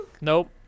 Nope